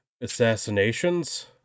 assassinations